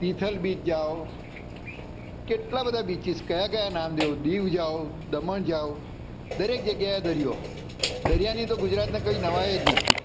Tithal beach જાઓ કેટલા બધા બીચીસ ક્યા ક્યા નામ દઉં દીવ જાઓ દમણ જાઓ દરેક જગ્યાએ દરિયો દરિયાની તો ગુજરાતને કોઈ નવાઈ જ નથી